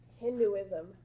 Hinduism